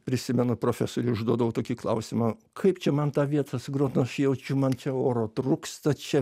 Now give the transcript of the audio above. prisimenu profesoriui užduodavau tokį klausimą kaip čia man tą vietą sugrot nu aš jaučiu man čia oro trūksta čia